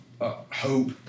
hope